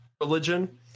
religion